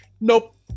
nope